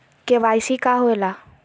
KYC का होवेला?